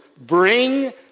bring